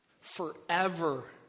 forever